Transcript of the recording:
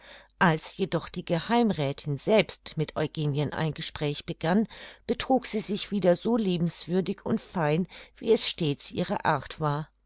als jedoch die geheimräthin selbst mit eugenien ein gespräch begann betrug sie sich wieder so liebenswürdig und fein wie es stets ihre art war